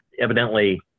Evidently